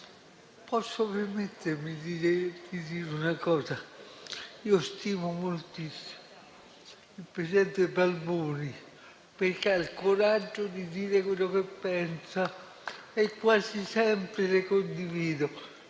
Posso permettermi di dire una cosa? Io stimo moltissimo il presidente Balboni, perché ha il coraggio di dire quello che pensa e quasi sempre lo condivido.